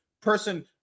Person